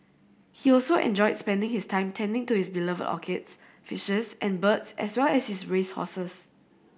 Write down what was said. he also enjoyed spending his time tending to his beloved orchids fishes and birds as well as his race horses